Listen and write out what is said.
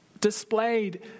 displayed